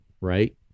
right